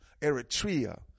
Eritrea